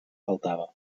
faltava